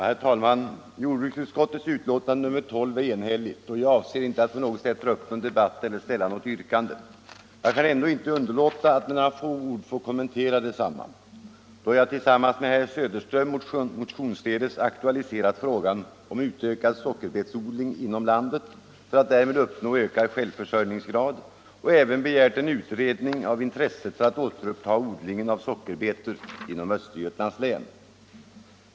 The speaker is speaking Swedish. Herr talman! Jordbruksutskottets betänkande nr 12 är enhälligt och jag avser inte att dra upp någon debatt eller ställa något yrkande. Jag kan ändock inte underlåta att med några få ord kommentera detsamma, då jag tillsammans med herr Söderström motionsledes aktualiserat frågan om utökad sockerbetsodling inom landet för att därmed uppnå ökad självförsörjningsgrad och även begärt en utredning av intresset för att återuppta sockerbetsodling inom Östergötlands län.